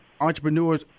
entrepreneurs